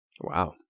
Wow